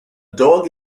dog